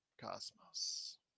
Cosmos